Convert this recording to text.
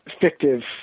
fictive